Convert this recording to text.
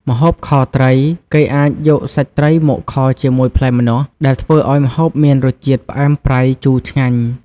ម្ហូបខត្រី គេអាចយកសាច់ត្រីមកខជាមួយផ្លែម្នាស់ ដែលធ្វើឲ្យម្ហូបមានរសជាតិផ្អែម ប្រៃ ជូរឆ្ងាញ់។